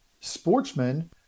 sportsmen